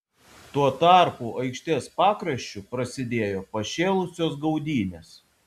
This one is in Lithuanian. tuo tarpu aikštės pakraščiu prasidėjo pašėlusios gaudynės